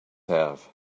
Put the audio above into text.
have